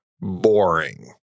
Boring